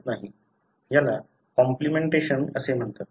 याला कॉम्प्लिमेंटेशन असे म्हणतात